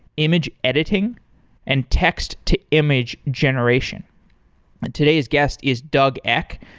image editing and text to image generation today's guest is doug eck.